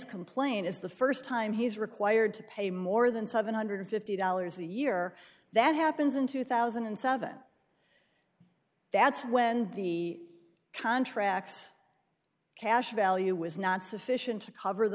complaint is the st time he's required to pay more than seven hundred and fifty dollars a year that happens in two thousand and seven that's when the contracts cash value was not sufficient to cover the